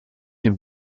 dem